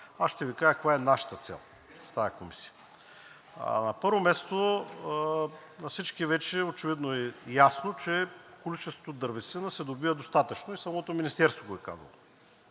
Аз ще Ви кажа каква е нашата цел с тази комисия. На първо място, на всички вече очевидно е ясно, че количество дървесина се добива достатъчно и самото министерство го е казало,